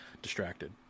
distracted